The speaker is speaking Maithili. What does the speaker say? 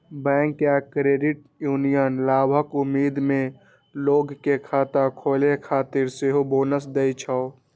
बैंक या क्रेडिट यूनियन लाभक उम्मीद मे लोग कें खाता खोलै खातिर सेहो बोनस दै छै